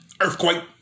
Earthquake